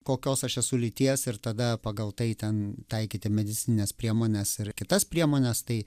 kokios aš esu lyties ir tada pagal tai ten taikyti medicinines priemones ir kitas priemones tai